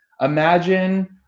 Imagine